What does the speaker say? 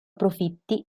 profitti